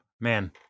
man